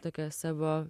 tokią savo